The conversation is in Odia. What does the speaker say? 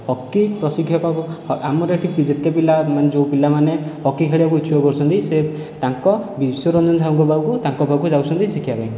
ହକି ପ୍ରଶିକ୍ଷକ ଆମର ଏଠି ଯେତେ ପିଲାମାନେ ଯେଉଁ ପିଲାମାନେ ହକି ଖେଳିବାକୁ ଇଚ୍ଛୁକ କରୁଛନ୍ତି ସେ ତାଙ୍କ ବିଶ୍ଵରଞ୍ଜନ ସାହୁଙ୍କ ପାଖକୁ ତାଙ୍କ ପାଖକୁ ଯାଉଛନ୍ତି ଶିଖିବା ପାଇଁ